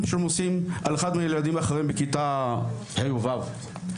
שהם עושים על אחד הילדים מכיתה ה' או ו'.